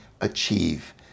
achieve